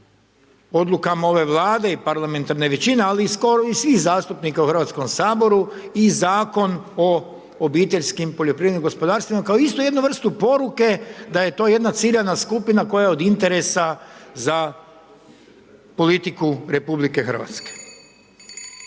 odlukama ove Vlade i parlamentarne većine, ali i skoro svih zastupnika u Hrvatskom saboru i Zakon o obiteljskim poljoprivrednim gospodarstvima kao isto jednu vrstu poruke da je to jedna ciljana skupina koja je od interesa za politiku RH. Ovdje